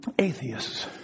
Atheists